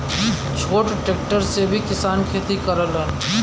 छोट ट्रेक्टर से भी किसान खेती करलन